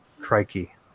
crikey